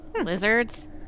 Lizards